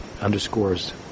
underscores